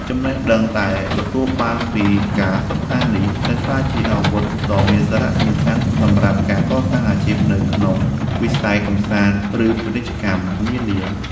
ចំណេះដឹងដែលទទួលបានពីការសិក្សានេះនឹងក្លាយជាអាវុធដ៏មានសារៈសំខាន់សម្រាប់ការកសាងអាជីពនៅក្នុងវិស័យកម្សាន្ត ឬ ពាណិជ្ជកម្មនានា។